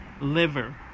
liver